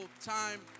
time